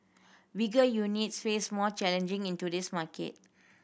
bigger units face more challenging in today's market